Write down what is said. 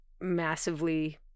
massively